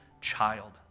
child